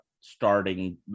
starting